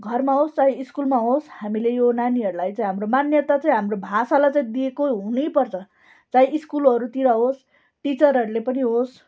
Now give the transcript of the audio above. घरमा होस् चाहे स्कुलमा होस् हामीले यो नानीहरूलाई चाहिँ हाम्रो मान्यता चाहिँ हाम्रो भाषालाई चाहिँ दिएको हुनैपर्छ चाहे स्कुलहरूतिर होस् टिचरहरूले पनि होस्